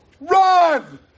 Run